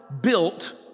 built